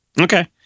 Okay